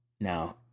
Now